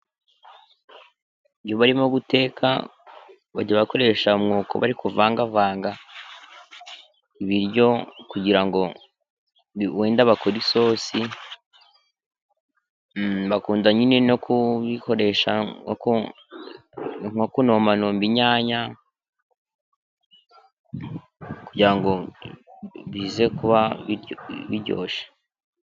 Igihe barimo guteka bajya bakoresha umwoko bari kuvangavanga ibiryo kugira ngo wenda bakore isosi bakunda nyine no kuyikoresha nko kunombanomba inyanya kugira ngo bize kuba biryoshye.